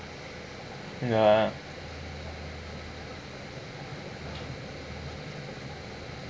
ya